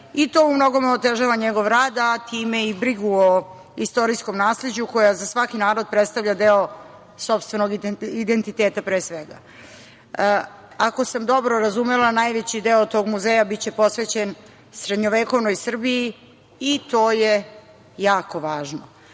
i to umnogome otežava njegov rad, a time i brigu o istorijskom nasleđu koja za svaki narod predstavlja deo sopstvenog identiteta, pre svega. Ako sam dobro razumela, najveći deo tog muzeja biće posvećen srednjovekovnoj Srbiji i to je jako važno.